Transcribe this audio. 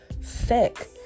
sick